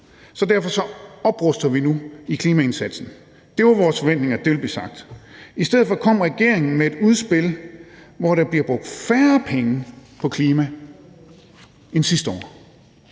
og derfor opruster vi nu i klimaindsatsen. Det var vores forventning, at det var det, der ville blive sagt. I stedet for kom regeringen med et udspil, hvor der bliver brugt færre penge på klima, end der